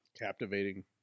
Captivating